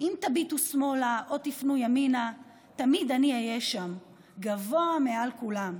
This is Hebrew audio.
// אם תביטו שמאלה / או תפנו ימינה / תמיד אני אהיה שם/ גבוה מעל כולם.